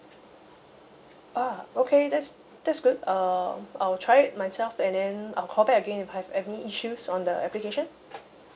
ah okay that's that's good um I'll try it myself and then I'll call back again if I have any issues on the application